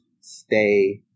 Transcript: stay